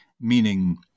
meaning